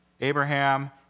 Abraham